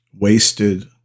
wasted